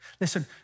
Listen